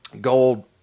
gold